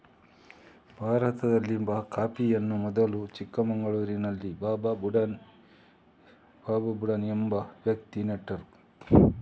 ಭಾರತದಲ್ಲಿ ಕಾಫಿಯನ್ನು ಮೊದಲು ಚಿಕ್ಕಮಗಳೂರಿನಲ್ಲಿ ಬಾಬಾ ಬುಡನ್ ಎಂಬ ವ್ಯಕ್ತಿ ನೆಟ್ಟನು